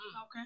Okay